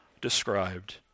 described